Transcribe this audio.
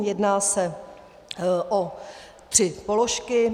Jedná se o tři položky: